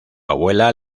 abuela